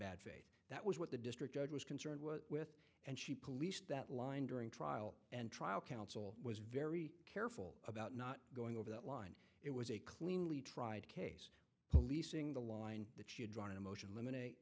bad faith that was what the district judge was concerned with and she policed that line during trial and trial counsel was very careful about not going over that line it was a cleanly tried case policing the line that you draw on emotion